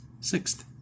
Sixth